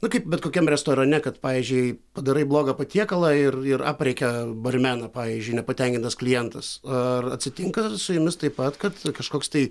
na kaip bet kokiam restorane kad pavyzdžiui padarai blogą patiekalą ir ir aprėkia barmeną pavyzdžiui nepatenkintas klientas ar atsitinka su jumis taip pat kad kažkoks tai